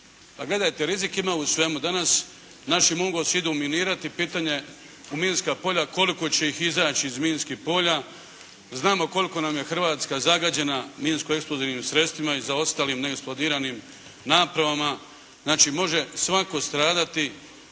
gledajte rizika imamo u svemu. Danas naši "mungosi" idu minirati u minska polja, pitanje je koliko će ih izaći iz minskih polja. Znamo koliko nam je Hrvatska zagađena minsko-eksplozivnim sredstvima i zaostalim neeksplodiranim napravama. Znači može svako stradati.